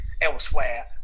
elsewhere